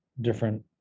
different